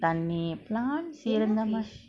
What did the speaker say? தண்ணி:thanni plants இருந்தமா:irunthama